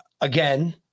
again